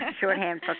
Shorthand